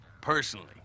personally